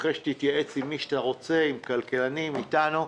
אחרי שתתייעץ עם מי שאתה רוצה, עם כלכלנים, אתנו,